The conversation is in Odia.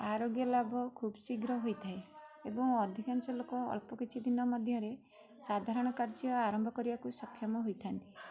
ଆରୋଗ୍ୟଲାଭ ଖୁବ୍ ଶୀଘ୍ର ହୋଇଥାଏ ଏବଂ ଅଧିକାଂଶ ଲୋକ ଅଳ୍ପ କିଛି ଦିନ ମଧ୍ୟରେ ସାଧାରଣ କାର୍ଯ୍ୟ ଆରମ୍ଭ କରିବାକୁ ସକ୍ଷମ ହୋଇଥାନ୍ତି